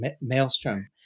maelstrom